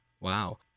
Wow